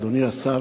אדוני השר,